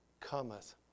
cometh